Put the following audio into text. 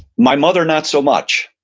my mother not so much.